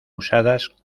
usadas